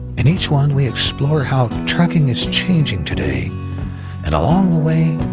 in each one, we explore how trucking is changing today and along the way,